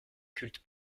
culte